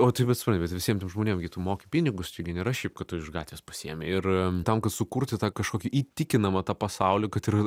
o tai bet supranti bet visiem tiem žmonėm gi tu moki pinigus čia gi nėra šiaip kad tu iš gatvės pasiėmei ir tam kad sukurti tą kažkokį įtikinamą tą pasaulį kad ir